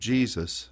Jesus